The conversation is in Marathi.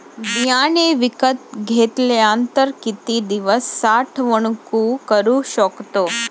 बियाणे विकत घेतल्यानंतर किती दिवस साठवणूक करू शकतो?